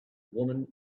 women